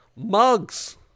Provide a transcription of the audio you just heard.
mugs